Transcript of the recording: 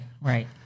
Right